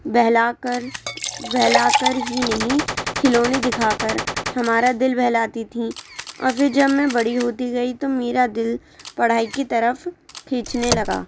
بہلا کر بہلا کر ہی نہیں کھلونے دکھا کر ہمارا دل بہلاتی تھیں اور پھر جب میں بڑی ہوتی گئی تو میرا دل پڑھائی کی طرف کھیچنے لگا